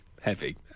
heavy